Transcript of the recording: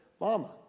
Mama